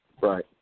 Right